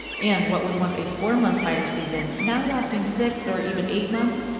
and what was once a four month fire season now lasting six or even eight months,